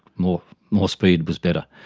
more more speed was better.